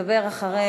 איתן מדבר אחרי,